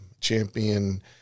champion